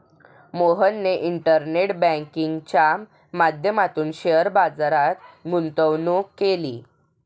मोहनने इंटरनेट बँकिंगच्या माध्यमातून शेअर बाजारात गुंतवणूक केली